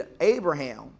Abraham